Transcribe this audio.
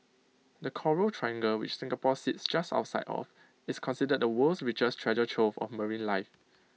the Coral triangle which Singapore sits just outside of is considered the world's richest treasure trove of marine life